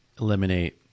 eliminate